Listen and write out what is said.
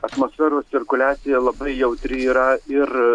atmosferos cirkuliacija labai jautri yra ir